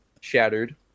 shattered